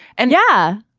and yeah.